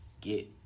get